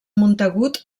montagut